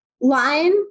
line